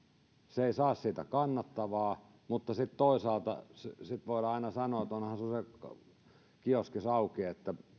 se ei saa siitä kannattavaa mutta sitten toisaalta voidaan aina sanoa että onhan sinulla se kioskisi auki että